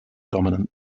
dominant